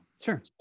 Sure